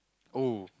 oh